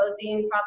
closing